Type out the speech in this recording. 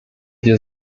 wir